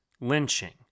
lynching